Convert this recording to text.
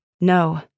No